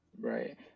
Right